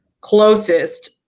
closest